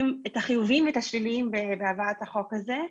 את החיובים והשליליים בהבאת החוק הזה.